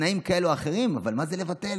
בתנאים כאלו או אחרים, אבל מה זה לבטל?